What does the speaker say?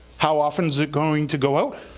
how often is it going to go out?